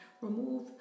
Remove